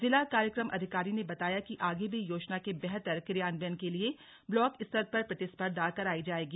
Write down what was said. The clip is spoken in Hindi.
जिला कार्यक्रम अधिकारी ने बताया कि आगे भी योजना के बेहतर क्रियान्वयन के लिए ब्लॉक स्तर पर प्रतिस्पर्धा कराई जाएगी